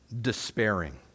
despairing